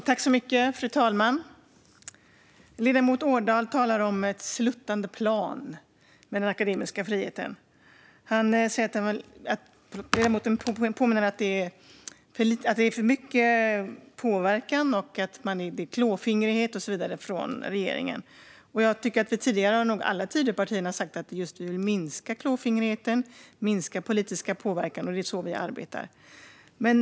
Fru talman! Ledamoten Ådahl talar om ett sluttande plan för den akademiska friheten. Ledamoten menade att det är för mycket påverkan och klåfingrighet och så vidare från regeringen. Men alla Tidöpartier har nog sagt att de vill minska klåfingrigheten och den politiska påverkan, och det är så vi arbetar.